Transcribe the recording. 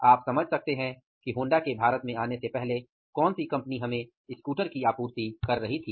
आप समझ सकते हैं कि होंडा के भारत में आने से पहले कौन सी कंपनी हमें स्कूटर की आपूर्ति कर रही थी